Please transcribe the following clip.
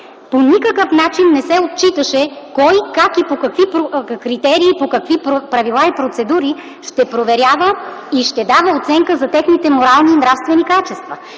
по никакъв начин не се отчиташе кой, как и по какви критерии, по какви правила и процедури ще проверява и ще дава оценка за техните морални и нравствени качества,